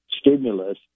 stimulus